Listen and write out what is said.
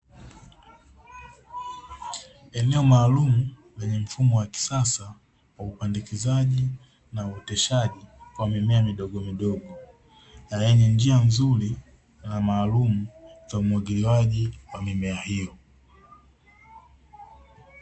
Eneo maalumu lenye mfumo wa kisasa wa upandikizaji na uoteshaji wa mimea midogomidogo, na yenye njia nzuri na maalumu za umwagiliaji wa mimea hiyo.